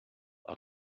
are